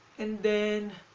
and then